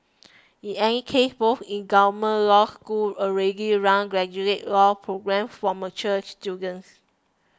in any case both incumbent law schools already run graduate law programmes for mature students